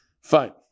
Fine